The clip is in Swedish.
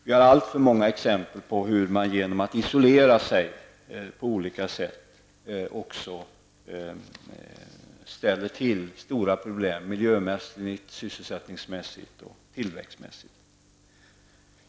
Vi har allt för många exempel på hur man genom att isolera sig på olika sätt ställer till stora problem miljö-, sysselsättnings och tillväxtmässigt.